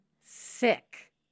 sick